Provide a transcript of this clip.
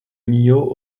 millau